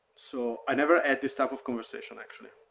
so i never had this type of conversation actually.